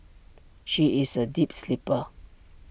she is A deep sleeper